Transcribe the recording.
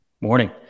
Morning